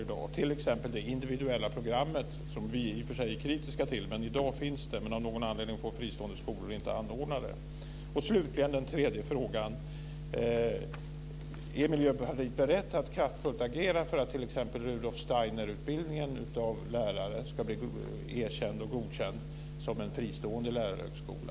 Det gäller t.ex. det individuella programmet, som vi i och för sig är kritiska till. I dag finns det, men av någon anledning får fristående skolor inte anordna det. Slutligen en tredje fråga. Är man i Miljöpartiet beredd att kraftfullt agera för att t.ex. Rudolf Steinerutbildningen av lärare ska bli erkänd och godkänd som en fristående lärarhögskola?